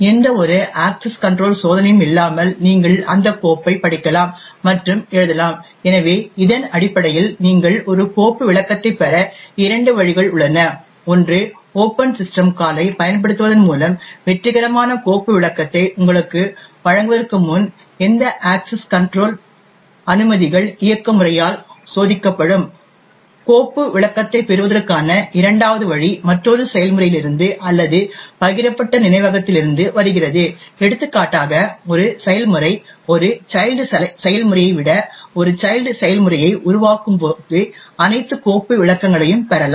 எந்தவொரு access control சோதனையும் இல்லாமல் நீங்கள் அந்த கோப்பைப் படிக்கலாம் மற்றும் எழுதலாம் எனவே இதன் அடிப்படையில் நீங்கள் ஒரு கோப்பு விளக்கத்தைப் பெற இரண்டு வழிகள் உள்ளன ஒன்று ஓபன் சிஸ்டம் கால் ஐ பயன்படுத்துவதன் மூலம் வெற்றிகரமான கோப்பு விளக்கத்தை உங்களுக்கு வழங்குவதற்கு முன் எந்த அக்சஸ் கன்ட்ரோல் அனுமதிகள் இயக்க முறைமையால் சோதிக்கப்படும் கோப்பு விளக்கத்தைப் பெறுவதற்கான இரண்டாவது வழி மற்றொரு செயல்முறையிலிருந்து அல்லது பகிரப்பட்ட நினைவகத்திலிருந்து வருகிறது எடுத்துக்காட்டாக ஒரு செயல்முறை ஒரு சைல்ட் செயல்முறையை விட ஒரு சைல்ட் செயல்முறையை உருவாக்கும் போது அனைத்து கோப்பு விளக்கங்களையும் பெறலாம்